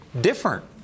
different